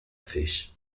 fish